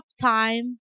time